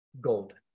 Gold